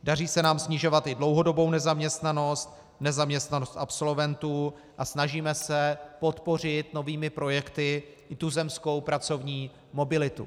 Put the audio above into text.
Daří se nám snižovat i dlouhodobou nezaměstnanost, nezaměstnanost absolventů a snažíme se podpořit novými projekty i tuzemskou pracovní mobilitu.